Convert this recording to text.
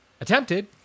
attempted